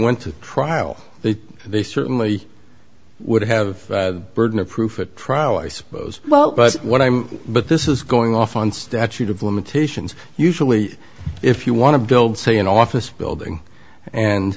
went to trial they they certainly would have burden of proof a trial i suppose well but what i'm but this is going off on statute of limitations usually if you want to build say an office building and